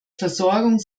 versorgung